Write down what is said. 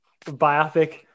biopic